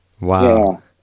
Wow